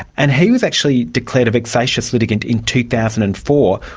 and he was actually declared a vexatious litigant in two thousand and four.